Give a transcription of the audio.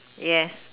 yes